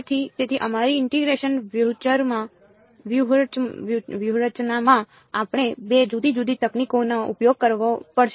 તેથી તેથી અમારી ઇન્ટીગ્રેશન વ્યૂહરચનામાં આપણે 2 જુદી જુદી તકનીકોનો ઉપયોગ કરવો પડશે